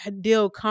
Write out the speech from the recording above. deal